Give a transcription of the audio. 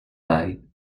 tide